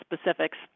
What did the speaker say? specifics